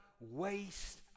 waste